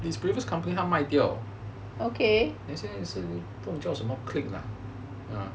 his previous company 他卖掉 then 现在是不知道叫什么 clique lah